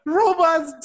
robots